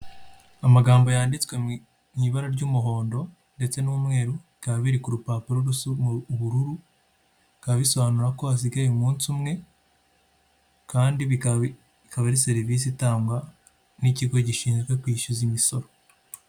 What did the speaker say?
Amagambo yanditswe mu ibara ry'umuhondo ndetse n'umweru bikaba biri ku rupapuro rw'ubururu bikaba bisobanura ko hasigaye umunsi umwe kandi ikaba ari serivisi itangwa n'ikigo gishinzwe kwishyuza imisoro.